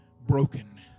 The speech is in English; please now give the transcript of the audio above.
broken